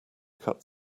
cut